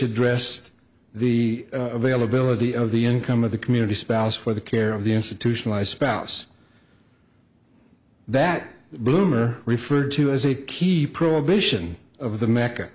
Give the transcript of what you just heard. addressed the availability of the income of the community spouse for the care of the institutionalized spouse that bloomer referred to as a key provision of the m